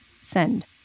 Send